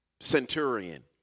Centurion